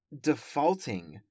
defaulting